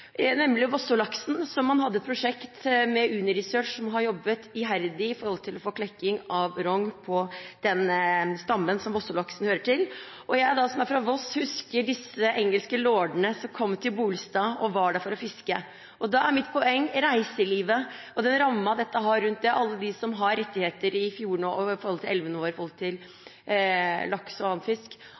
nemlig Vossolaksen. Man har hatt et prosjekt med Uni Research, som har jobbet iherdig med å få klekking av rogn på den stammen som Vossolaksen hører til. Jeg, som er fra Voss, husker disse engelske lordene som kom til Bolstad, og som var der for å fiske. Mitt poeng er at reiselivet og rammen dette har, og alle dem som har rettigheter i fjordene og i elvene når det gjelder laks og